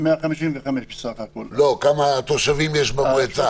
13,000 תושבים.